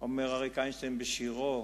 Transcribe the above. אומר אריק איינשטיין בשירו,